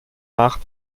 nach